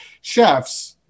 chefs